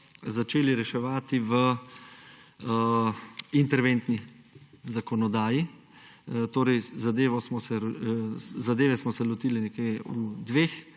začeli reševati v interventni zakonodaji. Zadeve smo se lotili nekje v dveh